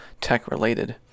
tech-related